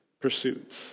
pursuits